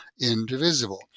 indivisible